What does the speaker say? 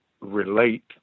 relate